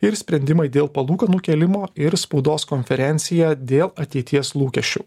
ir sprendimai dėl palūkanų kėlimo ir spaudos konferencija dėl ateities lūkesčių